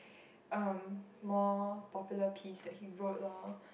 um more popular piece that he wrote lor